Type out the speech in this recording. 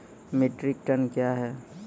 Metric tonne कया हैं?